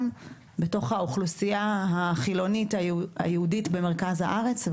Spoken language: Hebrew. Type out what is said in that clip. בתוך האוכלוסייה החילונית הייעודית במרכז הארץ.